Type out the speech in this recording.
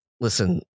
listen